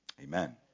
Amen